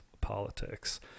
politics